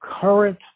current